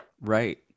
right